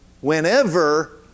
Whenever